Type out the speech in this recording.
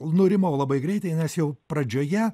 nurimau labai greitai nes jau pradžioje